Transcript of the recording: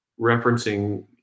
referencing